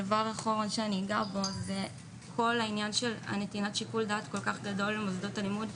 דבר אחרון שאגע בו זה נתינת שיקול דעת כל כך גדול למוסדות הלימוד,